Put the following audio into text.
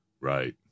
Right